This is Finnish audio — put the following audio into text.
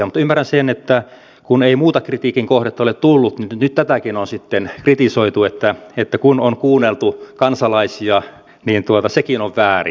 mutta ymmärrän sen että kun ei muuta kritiikin kohdetta ole tullut niin nyt tätäkin on sitten kritisoitu että kun on kuunneltu kansalaisia niin sekin on väärin